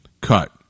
Cut